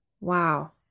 Wow